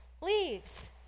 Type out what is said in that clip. leaves